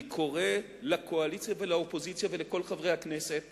אני קורא לקואליציה, לאופוזיציה ולכל חברי הכנסת